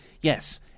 yes